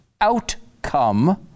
outcome